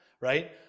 right